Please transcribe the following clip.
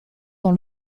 dans